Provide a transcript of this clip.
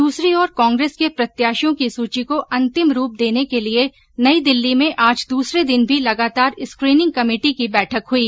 दूसरी ओर कांग्रेस के प्रत्याशियों की सूची को अंतिम रूप देने के लिए नई दिल्ली में आज दूसरे दिन भी लगातार स्कीनिंग कमेटी की बैठक हुई